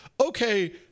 okay